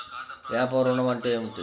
వ్యాపార ఋణం అంటే ఏమిటి?